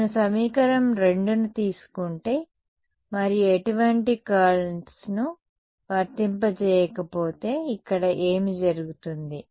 నేను సమీకరణం 2ని తీసుకుంటే మరియు ఎటువంటి కర్ల్స్ను వర్తింపజేయకపోతే ఇక్కడ ఏమి జరుగుతుంది